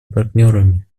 партнерами